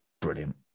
brilliant